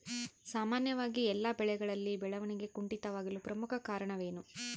ಸಾಮಾನ್ಯವಾಗಿ ಎಲ್ಲ ಬೆಳೆಗಳಲ್ಲಿ ಬೆಳವಣಿಗೆ ಕುಂಠಿತವಾಗಲು ಪ್ರಮುಖ ಕಾರಣವೇನು?